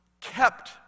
kept